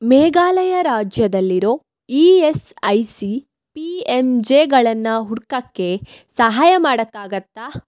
ಮೇಘಾಲಯ ರಾಜ್ಯದಲ್ಲಿರೋ E S I C P M ಜೆಗಳನ್ನು ಹುಡ್ಕೋಕ್ಕೆ ಸಹಾಯ ಮಾಡೋಕ್ಕಾಗತ್ತಾ